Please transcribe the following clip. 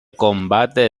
combate